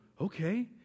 okay